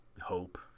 hope